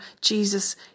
Jesus